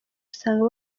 usanga